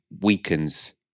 weakens